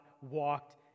walked